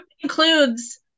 includes